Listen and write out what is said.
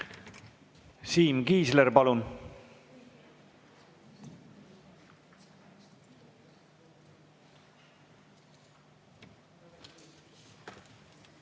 Siim Kiisler, palun!